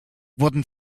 wurden